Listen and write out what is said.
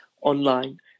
online